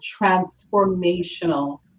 transformational